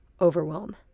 overwhelm